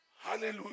Hallelujah